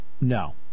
No